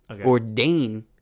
ordain